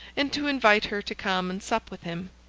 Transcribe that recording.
and to invite her to come and sup with him.